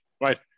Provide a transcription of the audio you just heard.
right